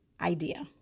idea